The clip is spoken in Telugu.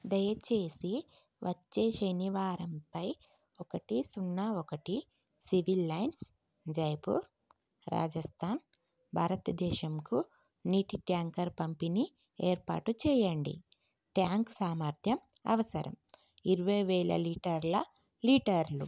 దయచేసి వచ్చే శనివారంపై ఒకటి సున్నా ఒకటి సివిల్ లైన్స్ జైపూర్ రాజస్థాన్ భారత దేశంకు నీటి ట్యాంకర్ పంపిణీ ఏర్పాటు చేయండి ట్యాంక్ సామర్థ్యం అవసరం ఇరవై వేల లీటర్ల లీటర్లు